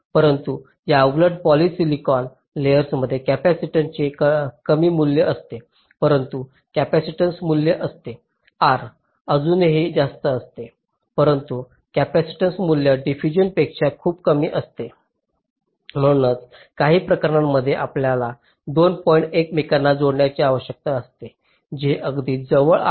परंतु याउलट पॉलीसिलिकॉन लेयरमध्ये कपॅसिटीन्सचे कमी मूल्य असते परंतु रेसिस्टन्स मूल्य असते आर अजूनही जास्त असते परंतु कॅपेसिटन्स मूल्य डिफ्यूजनणापेक्षा खूपच कमी असते म्हणूनच काही प्रकरणांमध्ये आपल्याला 2 पॉईंट एकमेकांना जोडण्याची आवश्यकता असते जे अगदी जवळ आहेत